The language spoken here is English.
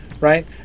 right